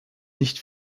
nicht